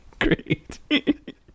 Great